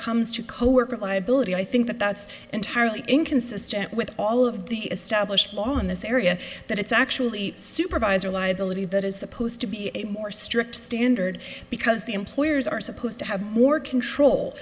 comes to coworkers liability i think that that's entirely inconsistent with all of the established law in this area that it's actually supervisor liability that is supposed to be a more strict standard because the employers are supposed to have more control